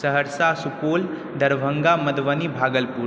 Saharsa Supaul Darbhanga Madhubani Bhagalpur